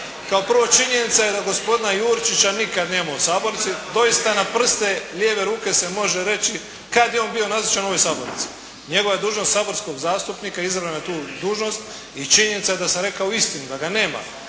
kao prvo činjenica je da gospodina Jurčića nikad nema u sabornici. Doista na prste lijeve ruke se može reći kad je on bio nazočan u ovoj sabornici. Njegova je dužnost saborskog zastupnika, izabran je na tu dužnost i činjenica je da sam rekao istinu da ga nema.